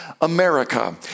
America